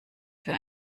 für